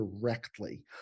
directly